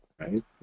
right